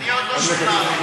אני עוד לא שוכנעתי.